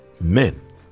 men